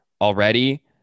already